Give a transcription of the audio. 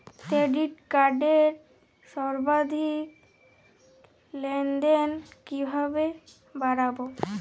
Credit কার্ডের সর্বাধিক লেনদেন কিভাবে বাড়াবো?